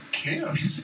cares